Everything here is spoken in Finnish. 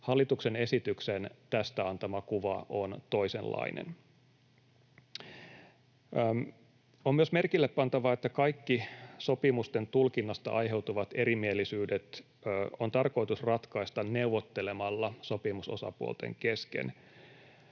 Hallituksen esityksen tästä antama kuva on toisenlainen. On myös merkillepantavaa, että kaikki sopimusten tulkinnasta aiheutuvat erimielisyydet on tarkoitus ratkaista neuvottelemalla sopimusosapuolten kesken.